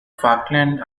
falkland